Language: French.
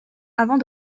avant